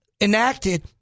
enacted